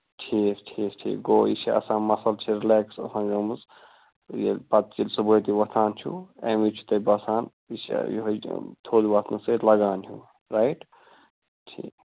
ٹھیٖک ٹھیٖک ٹھیٖک گوٚو یہِ چھُ آسان مثلاً یہِ چھُ رِلیکٕس آسان گٲمٕژٕ یہِ پَتہٕ ییٚلہِ تُہۍ صبُحٲے وۄتھان چھِو اَمہِ وِزِ چھُو تۄہہِ باسان یہِ چھُ یہِ چھُ یِہَے تھوٚد وۄتھنہٕ سۭتۍ لَگان ہِیٛوٗ رایِٹ ٹھیٖک